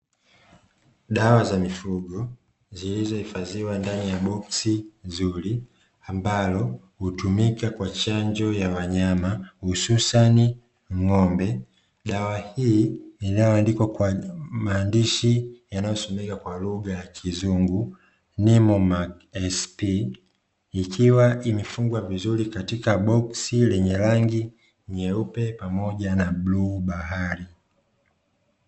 Dawa za mifugo zilizohifadhiwa ndani ya boksi zuri ambalo hutumika kwa chanjo ya wanyama hususani ng'ombe. Dawa hii inayoandikwa kwa maandishi yanayosomeka kwa lugha ya kizungu "NIMOMAC-SP", ikiwa imefungwa vizuri katika boksi lenye rangi nyeupe pamoja na bluu bahari.